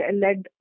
led